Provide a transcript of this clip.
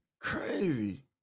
crazy